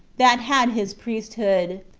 that had his priesthood.